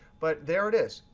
but there it is,